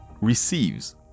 receives